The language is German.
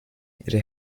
ihre